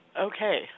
Okay